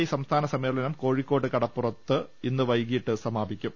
I സംസ്ഥാന സമ്മേളനം കോഴിക്കോട്ട് ഇന്ന് വൈകിട്ട് സമാപിക്കും